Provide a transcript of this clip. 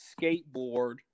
skateboard